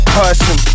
person